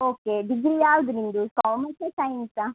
okay degree ಯಾವುದು ನಿಮ್ಮದು ಕಾಮರ್ಸಾ ಸೈನ್ಸಾ